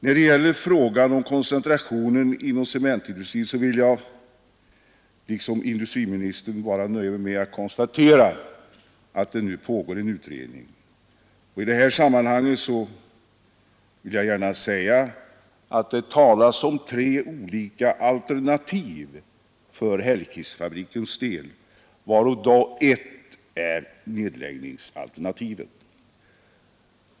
När det gäller frågan om koncentrationen inom cementindustrin vill jag liksom industriministern nöja mig med att konstatera att det nu pågår en utredning. I det här sammanhanget vill jag gärna peka på att det talas om tre olika alternativ för Hällekisfabrikens del, varav ett är nedläggning.